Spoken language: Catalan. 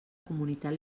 comunitat